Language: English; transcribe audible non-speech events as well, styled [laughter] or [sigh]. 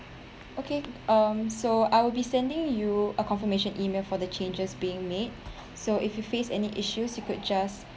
okay um so I will be sending you a confirmation E-mail for the changes being made [breath] so if you face any issues you could just